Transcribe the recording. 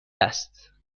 است